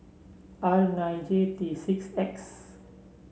R nine J T six X